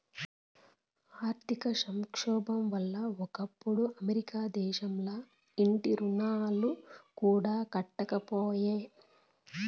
ఆర్థిక సంక్షోబం వల్ల ఒకప్పుడు అమెరికా దేశంల ఇంటి రుణాలు కూడా కట్టకపాయే